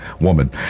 woman